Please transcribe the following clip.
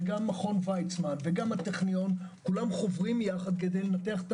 גם מכון ויצמן וגם הטכניון כולם חוברים יחד כדי לנתח את